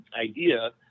idea